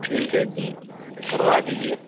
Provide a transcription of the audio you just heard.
ठीक है करवा दीजिए